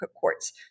courts